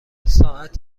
ساعت